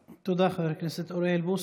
תודה, חבר הכנסת אוריאל בוסו.